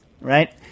right